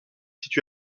situé